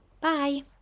Bye